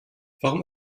warum